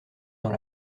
dans